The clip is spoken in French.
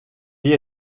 dire